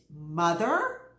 mother